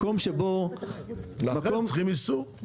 מקום שבו --- לכן צריכים איסור.